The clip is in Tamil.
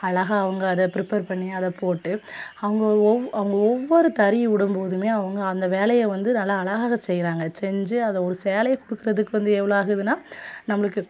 அழகா அவங்க அதை ப்ரிப்பர் பண்ணி அதை போட்டு அவங்க ஒவ் அவங்க ஒவ்வொரு தறி விடம்போதுமே அவங்க அந்த வேலையை வந்து நல்ல அழகாக செய்கிறாங்க செஞ்சு அதை ஒரு சேலையை கொடுக்குறதுக்கு வந்து எவ்வளோ ஆகுதுன்னால் நம்மளுக்கு